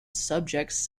subjects